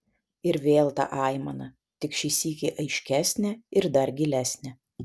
ir vėl ta aimana tik šį sykį aiškesnė ir dar gailesnė